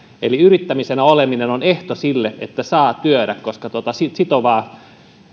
eli yrittäjänä oleminen on ehto sille että saa työtä koska sitovaa